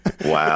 Wow